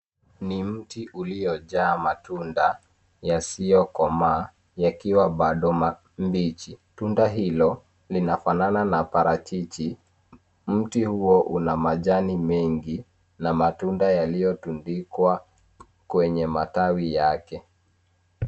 Ni mti uliojaa matunda yasiyokomaa yakiwa bado mabichi. Tunda hilo linafanana na parachichi. Mti huo una majani mengi a matunda yaliyotundikwa kwenye matawi yake.